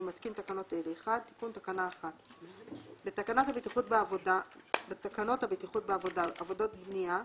אני מתקין תקנות אלה: תיקון תקנה 1 1. בתקנות הבטיחות בעבודה (עבודות בנייה),